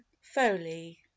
foley